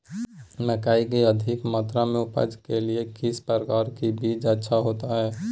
मकई की अधिक मात्रा में उपज के लिए किस प्रकार की बीज अच्छा होता है?